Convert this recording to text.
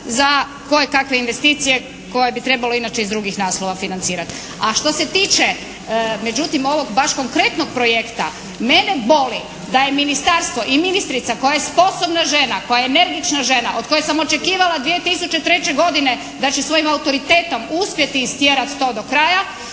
za kojekakve investicije koje bi trebale inače iz drugih naslova financirati. A što se tiče međutim ovog baš konkretnog projekta, mene boli da je ministarstvo i ministrica koja je sposobna žena, koja je energična žena, od koje sam očekivala 2003. godine da će svojim autoritetom uspjeti istjerati to do kraja